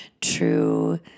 true